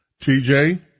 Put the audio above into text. TJ